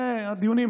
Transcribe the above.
אלה הדיונים.